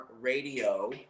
radio